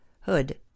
Hood